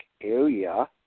area